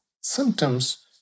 symptoms